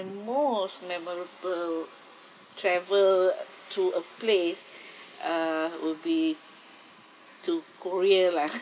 most memorable travel to a place uh would be to korea lah